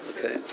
Okay